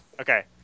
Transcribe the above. Okay